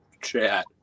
chat